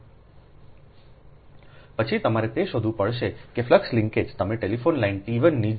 પછી તમારે તે શોધવું પડશે કે ફ્લક્સ લિન્કેજ તમે ટેલિફોન લાઇન t 1 ની જ છે